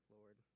Lord